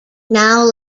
now